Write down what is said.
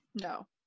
No